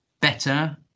better